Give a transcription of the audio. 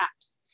apps